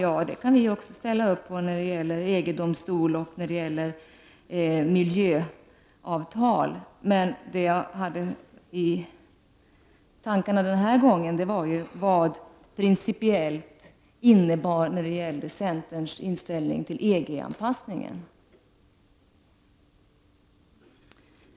Ja, också vi kan ställa upp bakom de tankarna när det gäller EG-domstolen och miljöavtal. Den här gången tänkte jag på vad detta principiellt innebär för centerns inställning till EG-anpassningen.